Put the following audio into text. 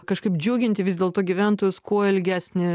kažkaip džiuginti vis dėlto gyventojus kuo ilgesnį